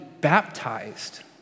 baptized